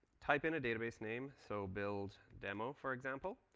type in a database name. so build demo, for example,